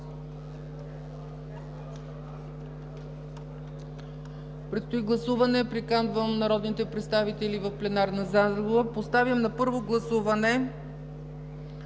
Предстои гласуване, приканвам народните представители в пленарната зала. Поставям на първо гласуване